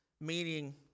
meaning